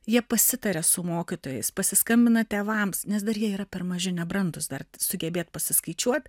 jie pasitaria su mokytojais pasiskambina tėvams nes dar jie yra per maži nebrandūs dar sugebėt pasiskaičiuot